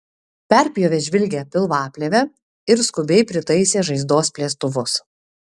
perpjovė žvilgią pilvaplėvę ir skubiai pritaisė žaizdos plėstuvus